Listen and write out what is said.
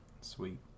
Sweet